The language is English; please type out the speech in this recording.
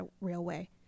Railway